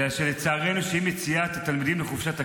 אלא שלצערנו, עם יציאת התלמידים לחופשת הקיץ,